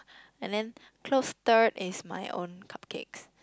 and then close third is my own cupcakes